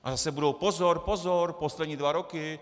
A zase bude: Pozor, pozor, poslední dva roky.